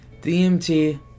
DMT